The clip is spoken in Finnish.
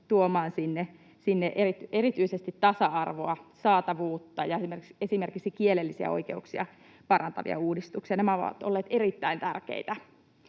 tuomaan sinne erityisesti tasa-arvoa, saatavuutta ja esimerkiksi kielellisiä oikeuksia parantavia uudistuksia. Nämä ovat olleet erittäin tärkeitä.